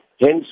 Hence